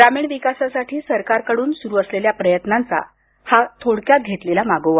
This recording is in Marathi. ग्रामीण विकासासाठी सरकारकडून सुरू असलेल्या प्रयत्नांचा हा थोडक्यात मागोवा